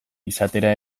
izatera